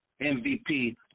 MVP